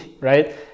right